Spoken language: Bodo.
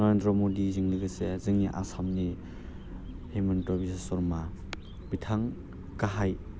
नरेन्द्र मडिजों लोगोसे जोंनि आसामनि हिमन्त बिस्वशर्मा बिथां गाहाय